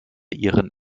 ihren